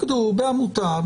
התאגדו בעמותה.